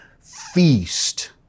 feast